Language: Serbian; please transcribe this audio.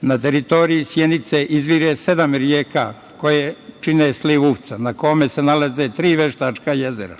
Na teritoriji Sjenice izvire sedam reka koje čine sliv Uvca na kome se nalaze tri veštačka jezera.